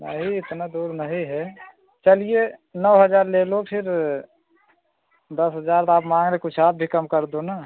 नहीं इतना दूर नहीं है चलिए नौ हज़ार ले लो फिर दस हज़ार तो आप माँग रहे कुछ आप भी कम कर दो ना